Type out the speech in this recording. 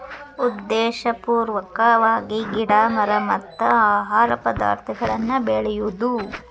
ಉದ್ದೇಶಪೂರ್ವಕವಾಗಿ ಗಿಡಾ ಮರಾ ಮತ್ತ ಆಹಾರ ಪದಾರ್ಥಗಳನ್ನ ಬೆಳಿಯುದು